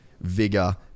vigor